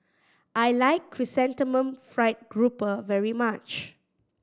I like Chrysanthemum Fried Grouper very much